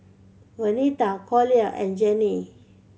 Venita Collier and Janae